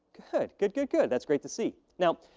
good. good, good good that's great to see. now,